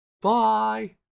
Bye